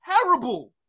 terrible